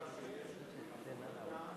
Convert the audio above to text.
מעבר להחלטת הממשלה,